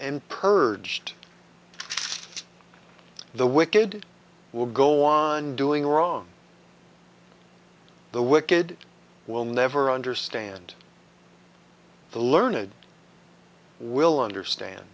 and purged the wicked will go on doing wrong the wicked will never understand the learned will understand